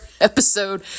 episode